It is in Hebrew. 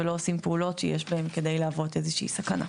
ושאנחנו לא עושים פעולות שיש בהן כדי להוות איזושהי סכנה.